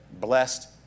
blessed